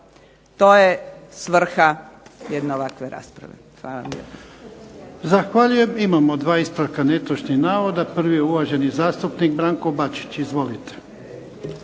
To je svrha jedne ovakve rasprave. Hvala